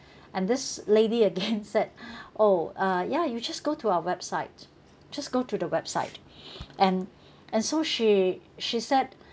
and this lady again said oh uh ya you just go to our website just go to the website and and so she she said